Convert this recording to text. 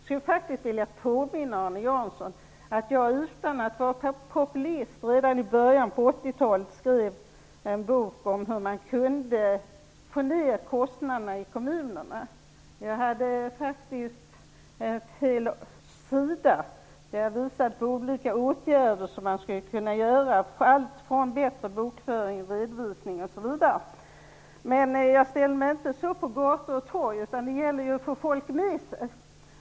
Jag skulle vilja påminna Arne Jansson om att jag, utan att vara populist, redan i början på 80-talet skrev en bok om hur man kunde få ned kostnaderna i kommunerna. Jag visade faktiskt på en hel sida olika åtgärder som skulle kunna vidtas, som bättre bokföring, redovisning m.m. Jag ställde mig inte på gator och torg, utan det gällde att få folk med sig.